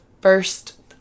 first